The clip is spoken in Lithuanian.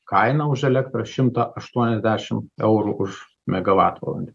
kainą už elektrą šimtą aštuoniasdešim eurų už megavatvalandę